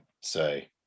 say